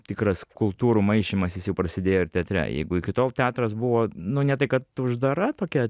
tikras kultūrų maišymasis jau prasidėjo ir teatre jeigu iki tol teatras buvo nu ne tai kad uždara tokia